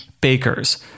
bakers